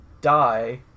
die